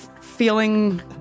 feeling